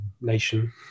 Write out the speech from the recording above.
nation